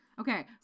Okay